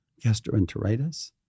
gastroenteritis